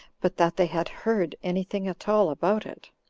but that they had heard any thing at all about it.